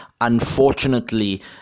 unfortunately